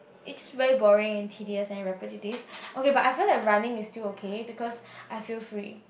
it's very boring and tedious and repetitive okay but I feel like running is still okay because I feel free